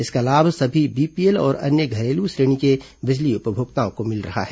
इसका लाभ सभी बीपीएल और अन्य घरेलू श्रेणी के बिजली उपभोक्ताओं को मिल रहा है